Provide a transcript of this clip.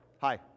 hi